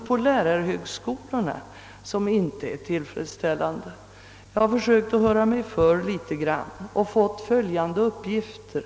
På lärarhögskolan är situationen heller inte tillfredsställande. Jag har hört mig för och fått följande uppgifter.